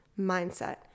mindset